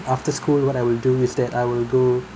after school what I will do is that I will go